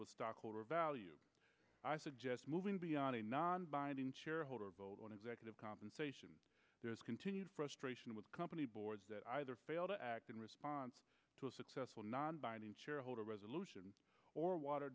with stockholder value i suggest moving beyond a non binding shareholder vote on executive compensation there's continued frustration with company boards that either fail to act in response to a successful non binding shareholder resolution or water